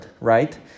right